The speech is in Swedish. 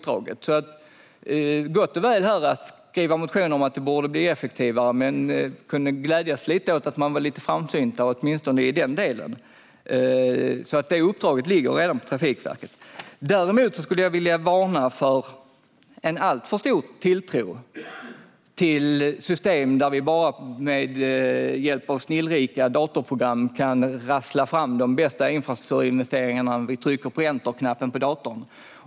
Det är gott och väl att skriva motioner om att det borde bli effektivare, men man borde kunna glädjas lite åt att man var lite framsynt, åtminstone i den delen. Det uppdraget ligger redan på Trafikverket. Däremot vill jag varna för en alltför stor tilltro till system där vi bara med hjälp av snillrika datorprogram kan rassla fram de bästa infrastrukturinvesteringarna om vi trycker på enterknappen på datorn.